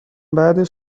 بعدش